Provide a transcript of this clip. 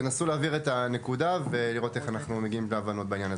ותנסו להבהיר את הנקודה ולראות איך אנחנו מגיעים להבנות בעניין הזה.